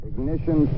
Ignition